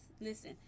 listen